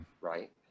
right